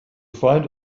find